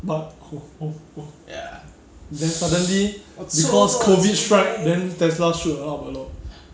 but !whoa! !whoa! !whoa! then suddenly because COVID strike then tesla shoot and up a lot